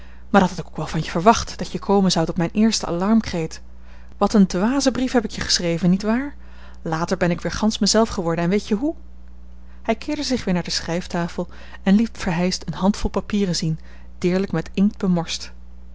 maar dat had ik ook wel van je verwacht dat je komen zoudt op mijn eersten alarmkreet wat een dwazen brief heb ik je geschreven niet waar later ben ik weer gansch mij zelf geworden en weet je hoe hij keerde zich weer naar de schrijftafel en liet verheyst een handvol papieren zien deerlijk met inkt